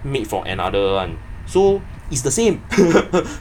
made for another [one] so it's the same